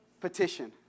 petition